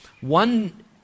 One